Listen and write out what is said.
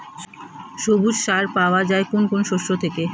সবুজ সার পাওয়া যায় কোন কোন শস্য থেকে?